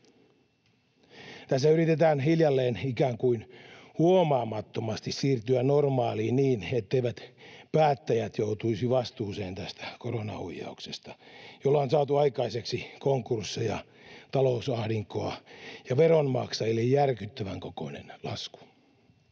Tässä yritetään hiljalleen, ikään kuin huomaamattomasti, siirtyä normaaliin niin, etteivät päättäjät joutuisi vastuuseen tästä koronahuijauksesta, jolla on saatu aikaiseksi konkursseja, talousahdinkoa ja veronmaksajille järkyttävän kokoinen lasku